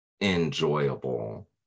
enjoyable